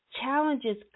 challenges